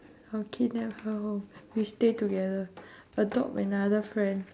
I will kidnap her home we stay together adopt another friend